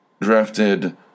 drafted